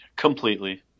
Completely